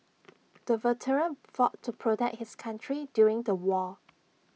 the veteran fought to protect his country during the war